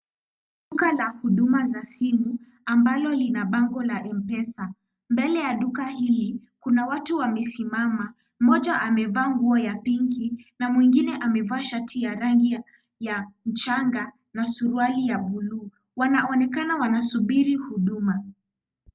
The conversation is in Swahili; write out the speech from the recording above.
Duka la huduma za simu ambalo lina bango la Mpesa. Mbele ya duka hili kuna watu wamesimama, mmoja amevaa nguo ya pinki na mwingine amevaa shati ya rangi ya mchanga na suruali ya buluu. Wanaonekana wanasubiri huduma.